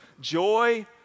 Joy